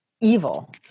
evil